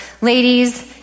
ladies